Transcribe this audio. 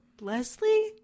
leslie